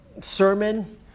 sermon